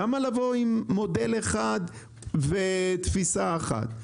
למה לבוא עם מודל אחד ותפיסה אחת?